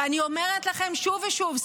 ואני אומרת לכם שוב ושוב,